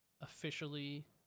officially